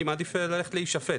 אני מעדיף ללכת להישפט,